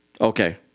Okay